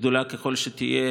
גדולה ככל שתהיה,